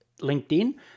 LinkedIn